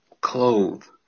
Clothes